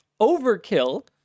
Overkill